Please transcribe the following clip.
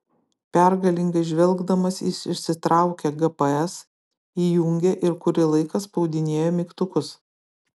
pergalingai žvelgdamas jis išsitraukė gps įjungė ir kurį laiką spaudinėjo mygtukus